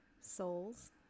souls